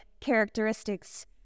characteristics